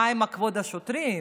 מה עם כבוד השוטרים?